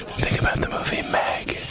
think about the movie, meg